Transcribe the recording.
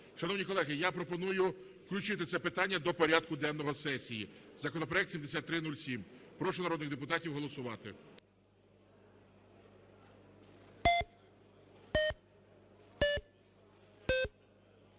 Шановні колеги, я пропоную включити це питання до порядку денного сесії, законопроект 7307. Прошу народних депутатів голосувати.